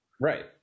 Right